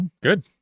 Good